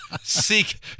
seek